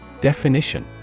Definition